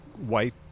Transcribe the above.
white